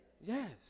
Yes